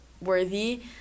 worthy